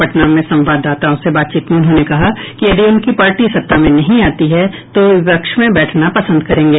पटना में संवाददाताओं से बातचीत में उन्होंने कहा कि यदि उनकी पार्टी सत्ता में नहीं आती है तो वे विपक्ष में बैठना पसंद करेंगे